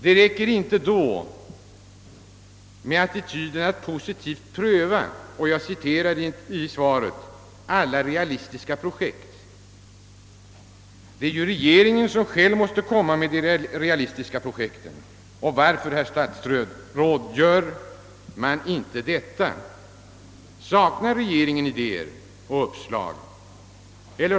Det räcker inte då med attityden att positivt pröva »alla realistiska projekt». Regeringen måste själv framlägga de realistiska projekten. Varför gör man inte detta, herr statsråd? Saknar regeringen idéer och uppslag.